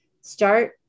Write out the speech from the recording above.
Start